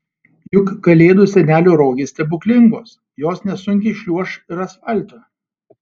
juk kalėdų senelio rogės stebuklingos jos nesunkiai šliuoš ir asfaltu